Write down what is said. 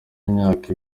y’imyaka